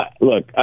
Look